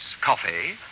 coffee